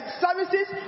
services